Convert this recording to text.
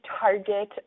target